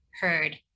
heard